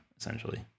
essentially